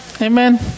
Amen